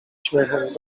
śmiechem